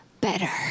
better